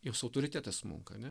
jos autoritetas smunka